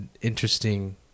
interesting